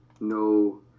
No